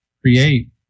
create